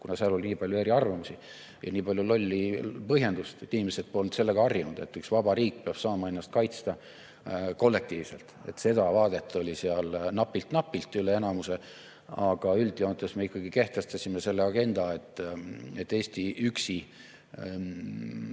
kuna seal oli nii palju eriarvamusi ja nii palju lolle põhjendusi. Inimesed polnud sellega harjunud, et üks vaba riik peab saama ennast kaitsta kollektiivselt, seda vaadet oli seal napilt-napilt üle enamuse, aga üldjoontes me ikkagi kehtestasime selle agenda, et Eesti üksi,